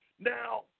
Now